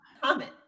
Comment